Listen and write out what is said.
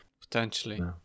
Potentially